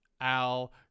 Al